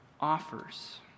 offers